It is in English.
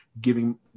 giving –